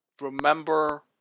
Remember